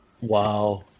Wow